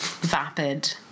vapid